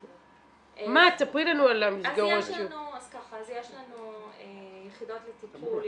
ספרי לנו על המסגרות --- אז יש לנו יחידות לטיפול,